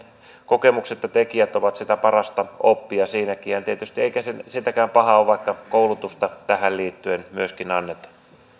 kokemukset ja tekijät ovat sitä parasta oppia siinäkin eikä tietysti siltikään paha ole vaikka myöskin koulutusta tähän liittyen annetaan